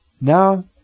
Now